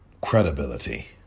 Credibility